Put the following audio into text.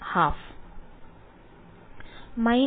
വിദ്യാർത്ഥി 12